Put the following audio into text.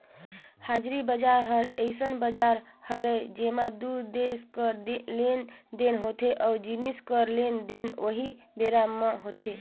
हाजिरी बजार ह अइसन बजार हरय जेंमा दू देस कर लेन देन होथे ओ जिनिस कर लेन देन उहीं बेरा म होथे